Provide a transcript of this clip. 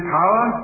power